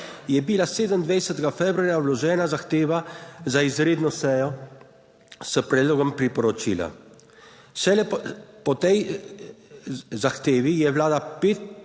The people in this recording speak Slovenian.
je bila 27. februarja vložena zahteva za izredno sejo s predlogom priporočila. Šele po tej zahtevi je Vlada